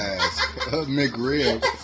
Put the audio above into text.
McRib